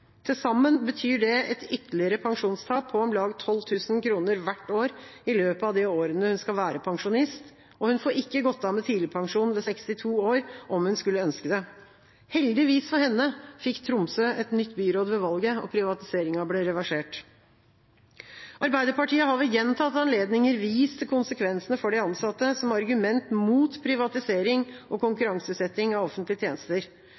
Til sammen betyr det et ytterligere pensjonstap på om lag 12 000 kr hvert år i løpet av de årene hun skal være pensjonist, og hun får ikke gått av med tidligpensjon ved 62 år om hun skulle ønske det. Heldigvis for henne fikk Tromsø et nytt byråd ved valget, og privatiseringa ble reversert. Arbeiderpartiet har ved gjentatte anledninger vist til konsekvensene for de ansatte som argument mot privatisering og konkurranseutsetting av offentlige tjenester.